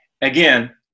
again